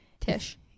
tish